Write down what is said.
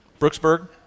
Brooksburg